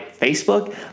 Facebook